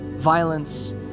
violence